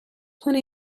plenty